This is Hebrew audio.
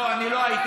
לא, אני לא הייתי.